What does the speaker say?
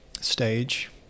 stage